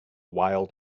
wild